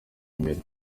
imbere